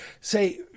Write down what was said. say